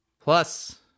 Plus